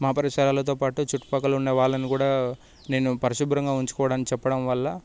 మా పరిసరాలతో పాటు చుట్టుపక్కల ఉన్న వాళ్ళని కూడా నేను పరిశుభ్రంగా ఉంచుకోవడం చెప్పడం వల్ల